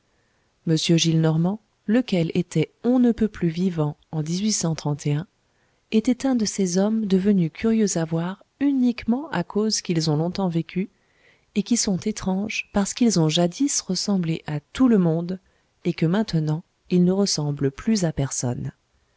m gillenormand lequel était on ne peut plus vivant en était un de ces hommes devenus curieux à voir uniquement à cause qu'ils ont longtemps vécu et qui sont étranges parce qu'ils ont jadis ressemblé à tout le monde et que maintenant ils ne ressemblent plus à personne